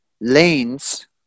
lanes